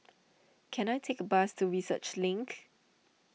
can I take a bus to Research Link